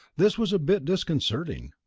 this was a bit disconcerting.